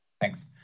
Thanks